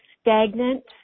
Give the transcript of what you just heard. stagnant